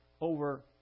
over